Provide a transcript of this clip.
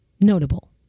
Notable